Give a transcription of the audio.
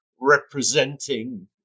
representing